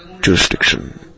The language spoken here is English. jurisdiction